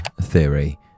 Theory